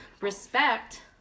respect